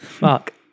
Mark